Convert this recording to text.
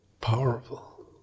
powerful